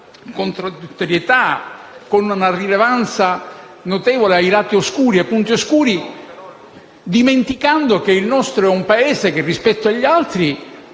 una rilevanza notevole ai lati oscuri, dimenticando che il nostro è un Paese che rispetto agli altri